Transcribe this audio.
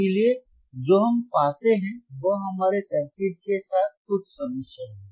इसलिए जो हम पाते हैं वह हमारे सर्किट के साथ कुछ समस्या है